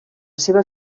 seva